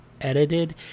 edited